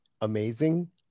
amazing